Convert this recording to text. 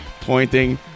Pointing